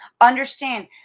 understand